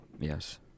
Yes